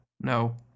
no